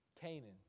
Canaan